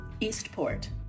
Eastport